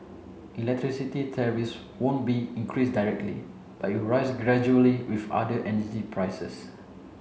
electricity tariffs won't be increased directly but will rise gradually with other energy prices